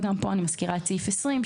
וגם פה אני מזכירה את סעיף 20,